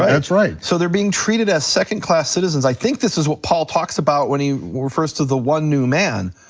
that's right. so they're being treated as second class citizens, i think this is what paul talks about when he refers to the one new man,